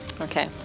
Okay